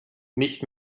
nicht